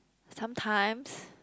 sometimes